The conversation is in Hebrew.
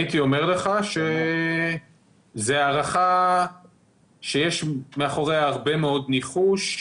הייתי אומר לך שזו הערכה שיש מאחוריה הרבה מאוד ניחוש.